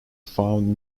found